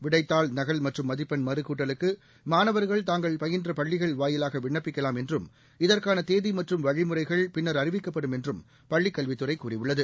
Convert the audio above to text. விடைத்தாள் நகல் மற்றும் மதிப்பெண் மறுக்கூட்டலுக்கு மாணவர்கள் தாங்கள் பயின்ற பள்ளிகள் வாயிலாக விண்ணப்பிக்கலாம் என்றும் இதற்கான தேதி மற்றும் வழிமுறைகள் பின்னா் அறிவிக்கப்படும் என்று பள்ளிக் கல்வித்துறை கூறியுள்ளது